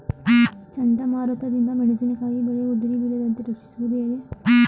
ಚಂಡಮಾರುತ ದಿಂದ ಮೆಣಸಿನಕಾಯಿ ಬೆಳೆ ಉದುರಿ ಬೀಳದಂತೆ ರಕ್ಷಿಸುವುದು ಹೇಗೆ?